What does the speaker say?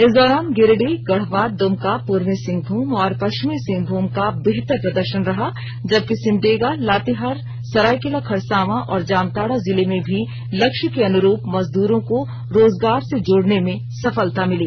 इस दौरान गिरिडीह गढ़वा दुमका पूर्वी सिंहभूम और पश्चिमी सिंहभूम का बेहतर प्रदर्शन रहा जबकि सिमडेगा लातेहार सरायकेला खरसांवा और जामताड़ा जिले में भी लक्ष्य के अनुरुप मजूदरों को रोजगार से जोड़ने में सफलता मिली